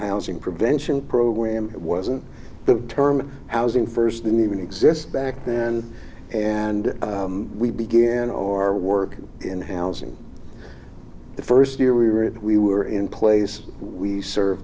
housing prevention program it wasn't the term housing first and even exist back then and we began our work in housing the first year we were in we were in place we serve